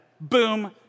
Boom